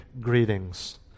greetings